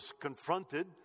confronted